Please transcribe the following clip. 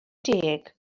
deg